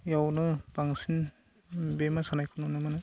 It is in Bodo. आवनो बांसिन बे मोसानायखौ नुनो मोनो